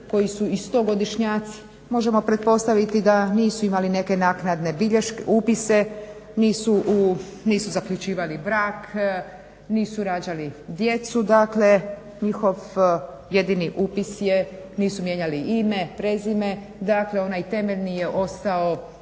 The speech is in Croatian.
koji su i stogodišnjaci. Možemo pretpostaviti da nisu imali neke naknadne bilješke, upise, nisu zaključivali brak, nisu rađali djecu, dakle njihov jedini upis je, nisu mijenjali ime, prezime, dakle onaj temeljni je ostao